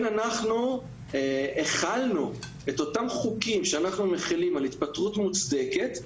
אנחנו החלנו את אותם חוקים שאנחנו מחילים על התפטרות מוצדקת,